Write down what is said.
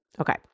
Okay